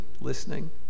listening